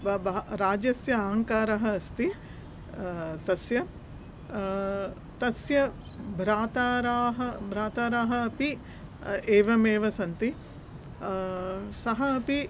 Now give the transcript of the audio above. वा बहु राज्यस्य अहङ्कारः अस्ति तस्य तस्य भ्रातारः भ्रातारः अपि एवमेव सन्ति सः अपि